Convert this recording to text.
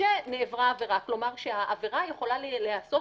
שנעברה עבירה, כלומר: שהעבירה יכולה להיעשות